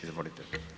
Izvolite.